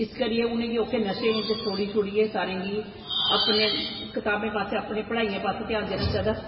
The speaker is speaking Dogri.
ते इस करियै उनेंगी ओह्के नशें च छोड़ियै शेड़ियै सारें गी अपनी कताबोें पास्सै अपनी पढ़ाईयैं पास्सै ध्यान देनां चाही दा